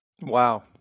Wow